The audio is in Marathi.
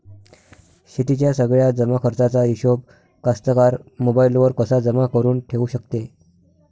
शेतीच्या सगळ्या जमाखर्चाचा हिशोब कास्तकार मोबाईलवर कसा जमा करुन ठेऊ शकते?